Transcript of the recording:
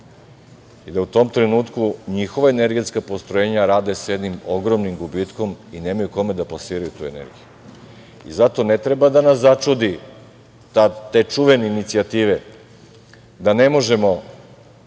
i da u tom trenutku njihova energetska postrojenja rade sa jednim ogromnim gubitkom i nemaju kome da plasiraju takvu energiju. I zato ne treba da nas začudi te čuvene inicijative da ne možemo